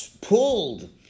pulled